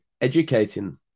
educating